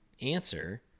answer